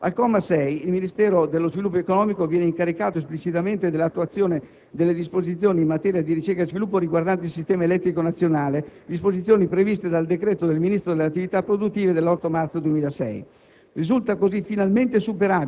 più proprie di un regolamento. Al comma 6, il Ministero dello sviluppo economico viene incaricato esplicitamente dell'attuazione delle disposizioni in materia di ricerca e sviluppo riguardanti il sistema elettrico nazionale, disposizioni previste dal decreto del Ministro delle attività produttive dell'8 marzo 2006.